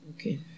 Okay